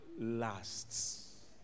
lasts